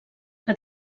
que